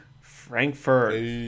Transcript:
frankfurt